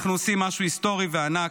אנחנו עושים משהו היסטורי וענק.